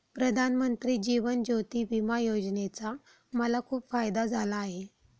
प्रधानमंत्री जीवन ज्योती विमा योजनेचा मला खूप फायदा झाला आहे